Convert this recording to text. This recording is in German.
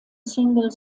single